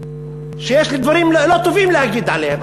כשיש לי דברים לא טובים להגיד עליהם.